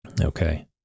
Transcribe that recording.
Okay